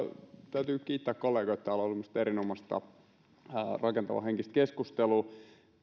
täytyy kiittää kollegoita täällä on ollut minusta erinomaista rakentavaa henkistä keskustelua